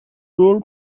role